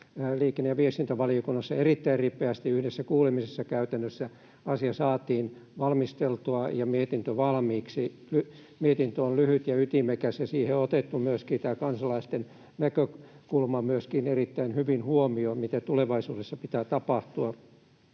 liikenne- ja viestintävaliokunnassa erittäin ripeästi, yhdessä kuulemisessa käytännössä, saatiin asia valmisteltua ja mietintö valmiiksi. Mietintö on lyhyt ja ytimekäs, ja siinä on otettu erittäin hyvin huomioon myöskin tämä kansalaisten näkökulma, mitä tulevaisuudessa pitää tapahtua.